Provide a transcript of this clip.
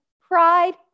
pride